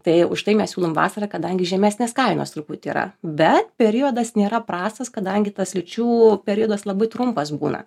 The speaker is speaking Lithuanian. tai užtai mes siūlom vasarą kadangi žemesnės kainos truputį yra bet periodas nėra prastas kadangi tas liūčių periodas labai trumpas būna